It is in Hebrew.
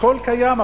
הכול קיים,